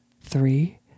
three